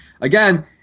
again